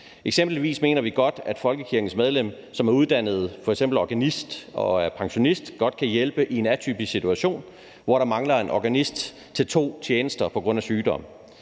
Eksempelvis mener vi, at et medlem af menighedsrådet, som f.eks. er uddannet organist og er pensionist, godt kan hjælpe i en atypisk situation, hvor der mangler en organist til to tjenester på grund af sygdom.